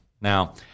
Now